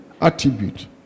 attribute